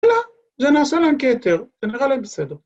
‫ולא, זה נושא להנקטר, ‫זה נראה להם בסדר.